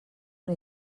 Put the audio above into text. una